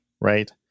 right